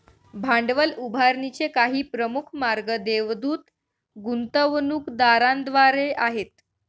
भांडवल उभारणीचे काही प्रमुख मार्ग देवदूत गुंतवणूकदारांद्वारे आहेत